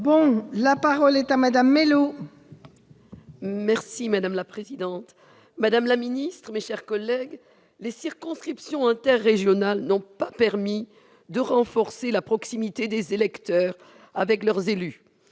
pour explication de vote. Madame la présidente, madame la ministre, mes chers collègues, les circonscriptions interrégionales n'ont pas permis de renforcer la proximité des électeurs avec leurs élus.